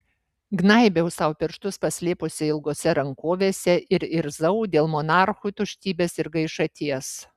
gnaibiau sau pirštus paslėpusi ilgose rankovėse ir irzau dėl monarchų tuštybės ir gaišaties